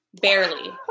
barely